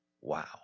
Wow